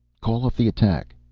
call off the attack.